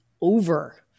over